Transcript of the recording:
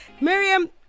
Miriam